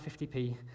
50p